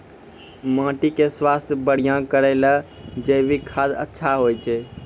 माटी के स्वास्थ्य बढ़िया करै ले जैविक खाद अच्छा होय छै?